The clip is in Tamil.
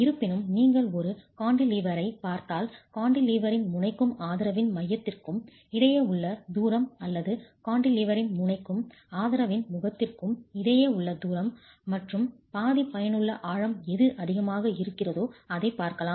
இருப்பினும் நீங்கள் ஒரு கான்டிலீவரைப் பார்த்தால் கான்டிலீவரின் முனைக்கும் ஆதரவின் மையத்திற்கும் இடையே உள்ள தூரம் அல்லது கான்டிலீவரின் முனைக்கும் ஆதரவின் முகத்திற்கும் இடையே உள்ள தூரம் மற்றும் பாதி பயனுள்ள ஆழம் எது அதிகமாக இருக்கிறதோ அதைப் பார்க்கலாம்